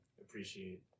appreciate